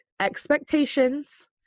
expectations